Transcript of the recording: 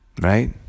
right